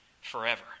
forever